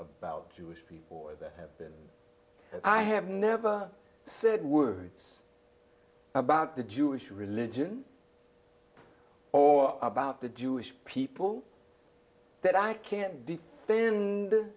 about jewish people or that have been i have never said words about the jewish religion or about the jewish people that i can't